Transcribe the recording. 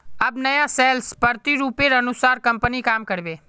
अब नया सेल्स प्रतिरूपेर अनुसार कंपनी काम कर बे